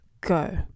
go